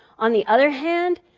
on the other hand,